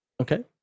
Okay